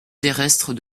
terrestre